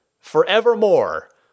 forevermore